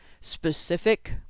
specific